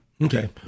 Okay